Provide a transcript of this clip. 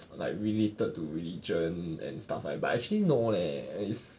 like related to religion and stuff like but actually no leh it's